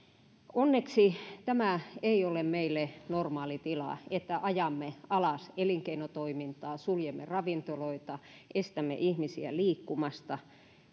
onneksi tämä ei ole meille normaalitila että ajamme alas elinkeinotoimintaa suljemme ravintoloita estämme ihmisiä liikkumasta